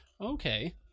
okay